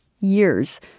years